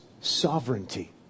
sovereignty